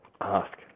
ask